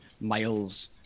miles